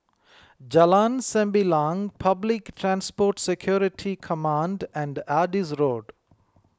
Jalan Sembilang Public Transport Security Command and Adis Road